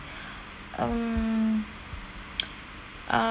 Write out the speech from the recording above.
um